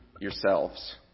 yourselves